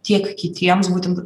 tiek kitiems būtent